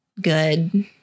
good